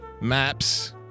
maps